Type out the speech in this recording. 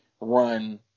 run